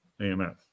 AMF